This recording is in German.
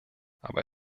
aber